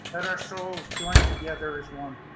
and our souls join together as one.